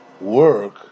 work